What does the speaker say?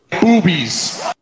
boobies